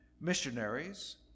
missionaries